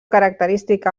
característica